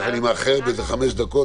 -- אחר כך אני מאחר בחמש דקות,